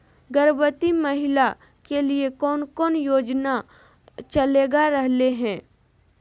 गर्भवती महिला के लिए कौन कौन योजना चलेगा रहले है?